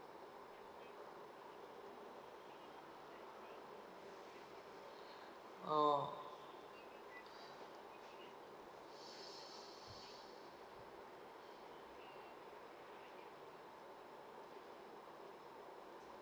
oh